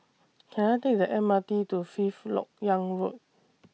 Can I Take The M R T to Fifth Lok Yang Road